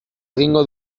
egingo